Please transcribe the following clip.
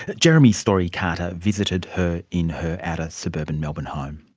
jeremy story carter visited her in her outer suburban melbourne home.